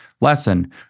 lesson